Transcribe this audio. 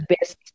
best